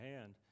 hand